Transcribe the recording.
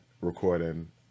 recording